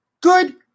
good